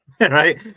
right